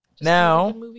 Now